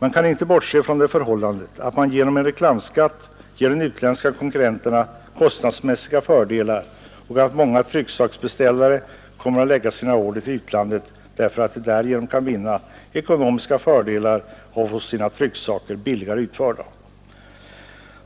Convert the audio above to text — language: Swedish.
Vi kan inte bortse från det förhållandet att man genom en reklamskatt ger de utländska konkurrenterna ett kostnadsmässigt försprång och att många trycksaksbeställare kommer att förlägga sina order till utlandet, därför att de därigenom kan vinna ekonomiska fördelar och få sina trycksaker utförda billigare.